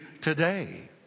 Today